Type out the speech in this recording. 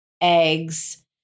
Eggs